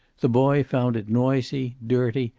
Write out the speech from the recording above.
the boy found it noisy, dirty,